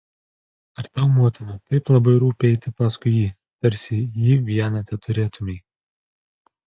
ar tau motina taip labai rūpi eiti paskui jį tarsi jį vieną teturėtumei